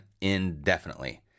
indefinitely